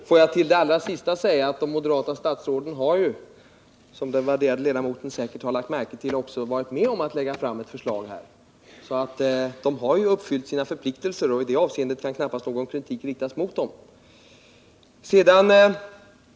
Herr talman! Får jag till det allra sista säga, att de moderata statsråden har, som den värderade ledamoten säkert har lagt märke till, också varit med om att lägga fram ett förslag. De har alltså uppfyllt sina förpliktelser, och i det avseendet kan knappast någon kritik riktas mot dem.